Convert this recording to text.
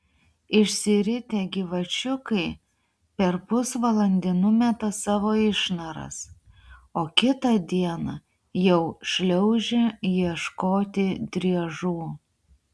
išsiritę gyvačiukai per pusvalandį numeta savo išnaras o kitą dieną jau šliaužia ieškoti driežų